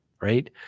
Right